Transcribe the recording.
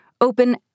open